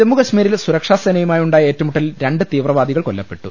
ജമ്മുകാശ്മീരിൽ സുരക്ഷാ സേനയുമാണ്ടായ ഏറ്റുമുട്ടലിൽ രണ്ട് തീവ്രവാ ദികൾ കൊല്ലപ്പെട്ടു